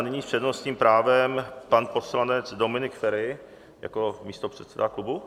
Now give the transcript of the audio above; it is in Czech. Nyní s přednostním právem pan poslanec Dominik Feri jako místopředseda klubu.